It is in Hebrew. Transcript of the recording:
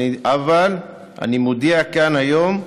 אבל אני מודיע כאן היום: